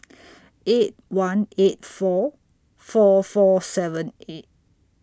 eight one eight four four four seven eight